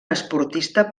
esportista